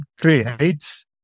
creates